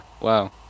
Wow